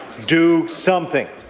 do something.